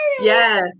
Yes